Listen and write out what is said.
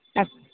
अस्तु